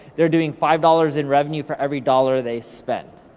they're doing five dollars in revenue for every dollar they spend,